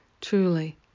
Truly